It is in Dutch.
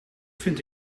vindt